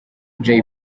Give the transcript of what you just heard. jay